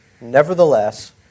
Nevertheless